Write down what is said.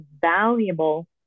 valuable